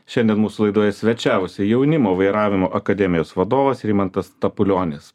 šiandien mūsų laidoj svečiavosi jaunimo vairavimo akademijos vadovas rimantas stapulionis